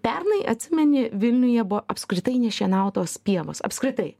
pernai atsimeni vilniuje buvo apskritai nešienautos pievos apskritai